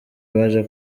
baje